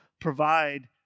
provide